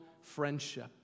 friendship